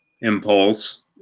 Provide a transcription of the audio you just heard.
impulse